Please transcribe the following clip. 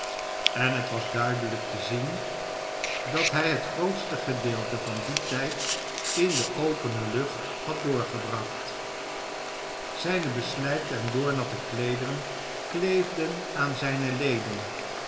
en het was duidelijk te zien dat hij het grootste gedeelte van dien tijd in de opene lucht had doorgebracht zijne beslijkte en doornatte kleederen kleefden aan zijne leden